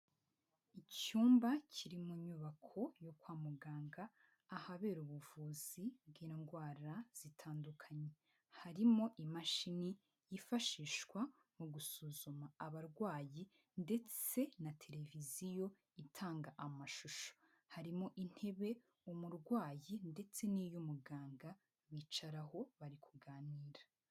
Icyumba kiri mu nyubako yo kwa muganga, ahabera ubuvuzi bw'indwara zitandukanye. Harimo imashini yifashishwa mu gusuzuma abarwayi ndetse na tereviziyo itanga amashusho. Harimo intebe umurwayi ndetse n'iy'umuganga bicaraho bari kuganira.